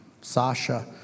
Sasha